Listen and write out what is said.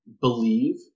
believe